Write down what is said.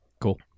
Cool